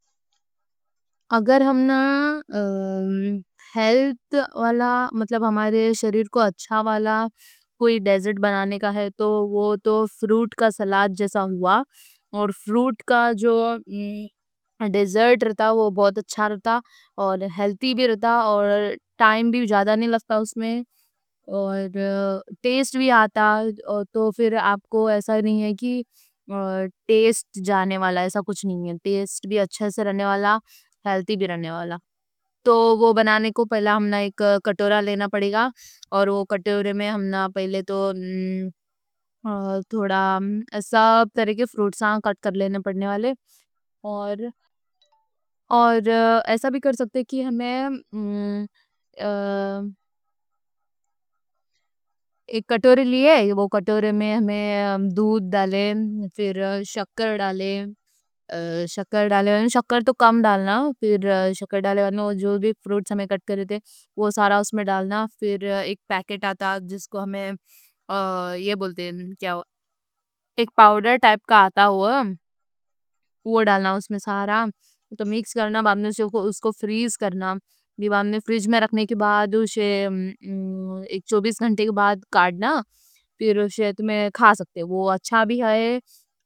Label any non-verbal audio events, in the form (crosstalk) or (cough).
اگر ہمنا ہیلت (hesitation) والا، مطلب ہمارے شریر کو اچھا والا کوئی ڈیزرٹ بنانے کا ہے تو وہ تو فروٹ کا سلاد جیسا ہوا۔ اور فروٹ کا سلاد جو رہتا، بہت اچھا رہتا۔ ہیلتھی بھی رہتا، ٹائم بھی زیادہ نہیں لگتا اس میں، اور ٹیسٹ بھی آتا، تو آپ کو ایسا نہیں ہے کہ ٹیسٹ جانے والا۔ تو آپ کو ایسا کچھ نہیں کہ ٹیسٹ بھی جاتا، ایسا کچھ نئیں، بلکہ ٹیسٹ بھی اچھے سے آتا۔ ہیلتھی بھی رہتا ہے اور سب ٹھیک ہے۔ بنانے کو ایک کٹورہ لینا پڑے گا اور اُس کٹورے میں ہمنا پہلے۔ (hesitation) تو تھوڑا تھوڑا کر کے سب طرح کے فروٹس کٹ کر لینا پڑنے والے۔ اور ایسا بھی کر سکتے کہ ہمیں (hesitation) ہمنا ایک کٹورہ لیا، اُس کٹورے میں دودھ ڈال دیا۔ پھر شکر اور (hesitation) شکر تو کم ڈالنا، پھر جو بھی فروٹس کٹے تھے وہ سارا اس میں ڈالنا۔ پھر ایک پیکٹ (hesitation) آتا، ایک پاؤڈر ٹائپ کا آتا، وہ ڈالنا۔ مکس کرنے کے بعد اس کو فریز کرنا، اور فریج میں رکھنے کے بعد اسے چوبیس گھنٹے کے بعد نکالنا۔ پھر اسے کھا سکتے، وہ اچھا بھی ہے۔